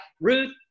Ruth